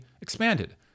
expanded